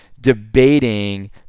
debating